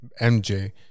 MJ